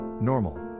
Normal